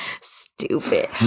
Stupid